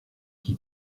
qui